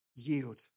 yield